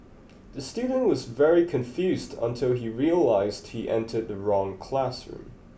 the student was very confused until he realized he entered the wrong classroom